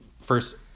first